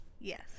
Yes